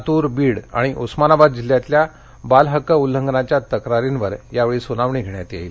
लातूर बीड आणि उस्मानाबाद जिल्ह्यातल्या बाल हक्क उल्लंघनाच्या तक्रारींवर या वेळी सुनावणी घेण्यात येईल